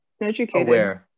Educated